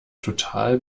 total